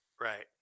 Right